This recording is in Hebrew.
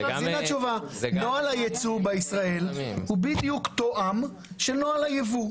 נוהל היצוא בישראל הוא בדיוק תואם לנוהל היבוא.